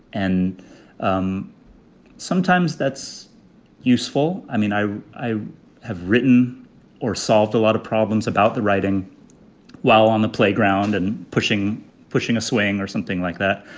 and um sometimes that's useful. i mean, i, i have written or solved a lot of problems about the writing while on the playground and pushing pushing a swaying or something like that.